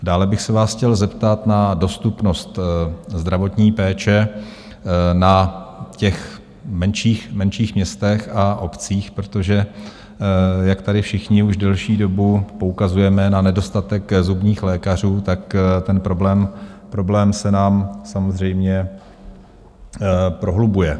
Dále bych se vás chtěl zeptat na dostupnost zdravotní péče na menších městech a obcích, protože jak tady všichni už delší dobu poukazujeme na nedostatek zubních lékařů, ten problém se nám samozřejmě prohlubuje.